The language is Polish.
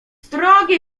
drogi